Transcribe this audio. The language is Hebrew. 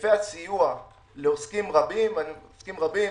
היקפי הסיוע לעוסקים רבים עוסקים רבים